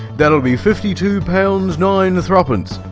that'll be fifty-two pounds, nine thruppence!